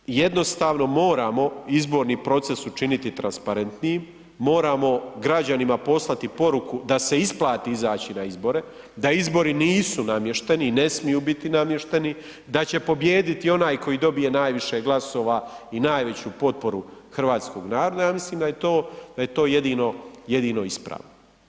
Tako da jednostavno moramo izborni proces učiniti transparentnijim, moramo građanima poslati poruku da se isplati izaći na izbore, da izbori nisu namješteni i ne smiju biti namješteni, da će pobijediti onaj koji dobije najviše glasova i najveću potporu hrvatskog naroda, ja mislim da je to jedino ispravno.